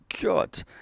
god